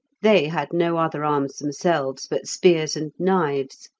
they had no other arms themselves but spears and knives.